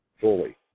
fully